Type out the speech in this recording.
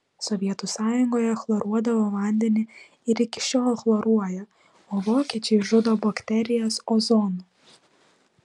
sovietų sąjungoje chloruodavo vandenį ir iki šiol chloruoja o vokiečiai žudo bakterijas ozonu